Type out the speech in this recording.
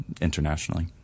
internationally